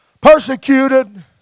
Persecuted